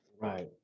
Right